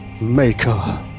Maker